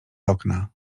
okna